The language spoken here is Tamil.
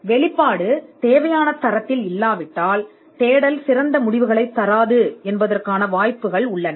வெளிப்படுத்தல் குறிக்கப்படவில்லை என்றால் தேடல் சிறந்த முடிவுகளைத் தராது என்பதற்கான வாய்ப்புகள் உள்ளன